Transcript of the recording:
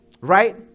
right